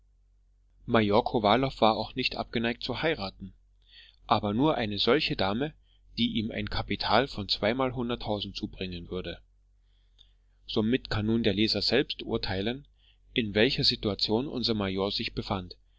major kowalow war auch nicht abgeneigt zu heiraten aber nur eine solche dame die ihm ein kapital von zweimalhunderttausend zubringen würde somit kann nun der leser selbst urteilen in welcher situation unser major sich befand